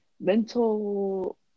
mental